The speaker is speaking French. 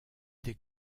des